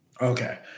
Okay